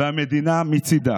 והמדינה מצידה